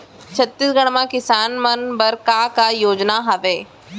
छत्तीसगढ़ म किसान मन बर का का योजनाएं हवय?